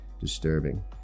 disturbing